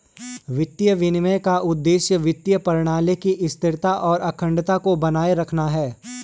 वित्तीय विनियमन का उद्देश्य वित्तीय प्रणाली की स्थिरता और अखंडता को बनाए रखना है